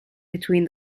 between